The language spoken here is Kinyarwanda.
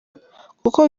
kuko